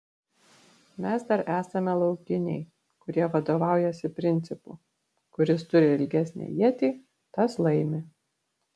mes dar esame laukiniai kurie vadovaujasi principu kuris turi ilgesnę ietį tas laimi